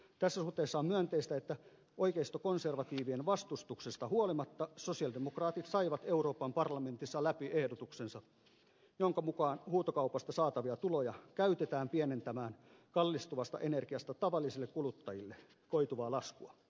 tässä suhteessa on myönteistä että oikeistokonservatiivien vastustuksesta huolimatta sosialidemokraatit saivat euroopan parlamentissa läpi ehdotuksensa jonka mukaan huutokaupasta saatavia tuloja käytetään pienentämään kallistuvasta energiasta tavallisille kuluttajille koituvaa laskua